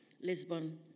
Lisbon